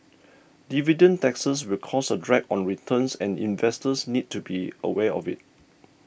dividend taxes will cause a drag on returns and investors need to be aware of it